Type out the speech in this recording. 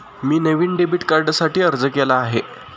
मी नवीन डेबिट कार्डसाठी अर्ज केला आहे